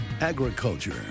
Agriculture